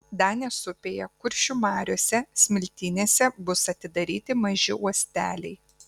danės upėje kuršių mariose smiltynėse bus atidaryti maži uosteliai